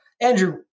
Andrew